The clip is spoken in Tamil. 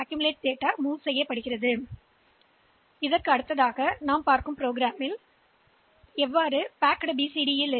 அடுத்து பேக் செய்யப்பட்ட பிசிடி எண்களைத் திறக்காத மற்றொரு ப்ரோக்ராம்ப் பார்ப்போம்